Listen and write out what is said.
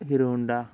Hero Honda